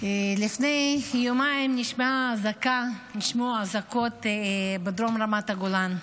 לפני יומיים נשמעו אזעקות בדרום רמת הגולן,